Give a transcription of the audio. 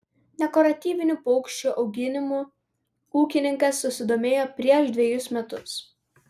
dekoratyvinių paukščių auginimu ūkininkas susidomėjo prieš dvejus metus